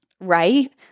Right